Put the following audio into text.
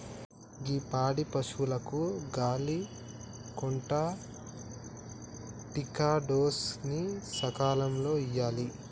గీ పాడి పసువులకు గాలి కొంటా టికాడోస్ ని సకాలంలో ఇయ్యాలి